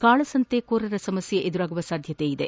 ಕಾಳಸಂತೆಕೋರರ ಸಮಸ್ಕ ಎದುರಾಗುವ ಸಾಧ್ಯತೆ ಇದೆ